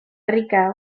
rica